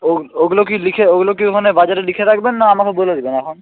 ও ওগুলো কি লিখে ওগুলো কি ওখানে বাজারে লিখে রাখবেন না আমাকে বলে দেবেন এখন